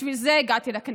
בשביל זה הגעתי לכנסת,